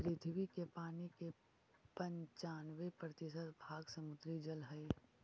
पृथ्वी के पानी के पनचान्बे प्रतिशत भाग समुद्र जल हई